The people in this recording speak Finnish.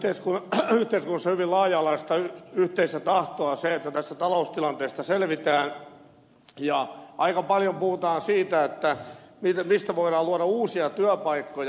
edellyttää tässä yhteiskunnassa hyvin laaja alaista yhteistä tahtoa se että tästä taloustilanteesta selvitään ja aika paljon puhutaan siitä mihin voidaan luoda uusia työpaikkoja